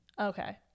Okay